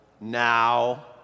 now